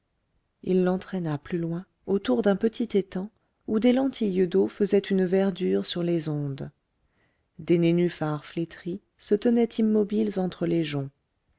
il l'entraîna plus loin autour d'un petit étang où des lentilles d'eau faisaient une verdure sur les ondes des nénuphars flétris se tenaient immobiles entre les joncs